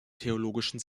theologischen